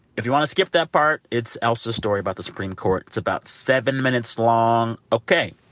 if you want to skip that part, it's ailsa's story about the supreme court. it's about seven minutes long. ok,